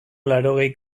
laurogei